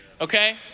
okay